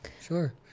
sure